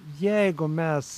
jeigu mes